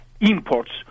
imports